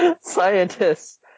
Scientists